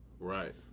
Right